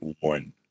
one